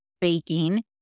baking